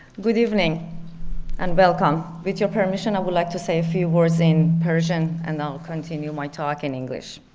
good evening and welcome with your permission i would like to say a few words in persian and i'll continue my talk in english.